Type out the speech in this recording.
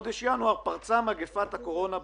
בחודש ינואר פרצה מגפת הקורונה בעולם,